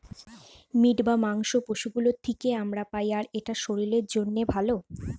meet বা মাংস পশু গুলোর থিকে আমরা পাই আর এটা শরীরের জন্যে ভালো